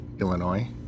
Illinois